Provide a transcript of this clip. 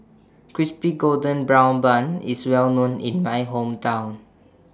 Crispy Golden Brown Bun IS Well known in My Hometown